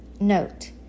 Note